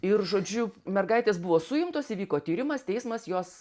ir žodžiu mergaitės buvo suimtos įvyko tyrimas teismas jos